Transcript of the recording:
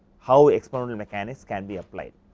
how experimental mechanics can be apply.